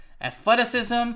Athleticism